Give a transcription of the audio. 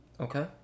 Okay